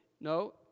No